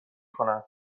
کنن